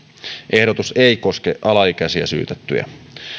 ehdotus ei koske alaikäisiä syytettyjä